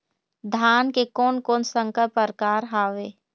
धान के कोन कोन संकर परकार हावे?